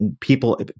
people